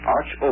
Arch